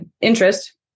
interest